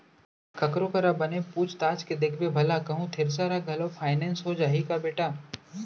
ककरो करा बने पूछ ताछ के देखबे भला कहूँ थेरेसर ह घलौ फाइनेंस हो जाही का बेटा?